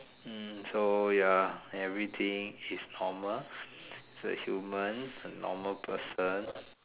hmm so ya everything is normal so is human a normal person